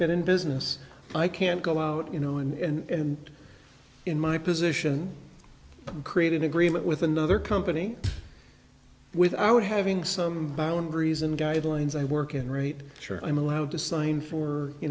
been in business i can't go out you know and in my position create an agreement with another company without having some boundaries and guidelines i work in right sure i'm allowed to sign for you